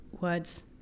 words